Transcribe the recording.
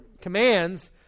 commands